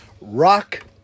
Rock